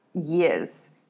years